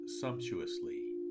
sumptuously